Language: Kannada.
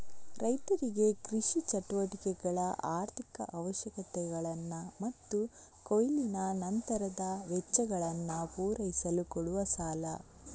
ರೈತರಿಗೆ ಕೃಷಿ ಚಟುವಟಿಕೆಗಳ ಆರ್ಥಿಕ ಅವಶ್ಯಕತೆಗಳನ್ನ ಮತ್ತು ಕೊಯ್ಲಿನ ನಂತರದ ವೆಚ್ಚಗಳನ್ನ ಪೂರೈಸಲು ಕೊಡುವ ಸಾಲ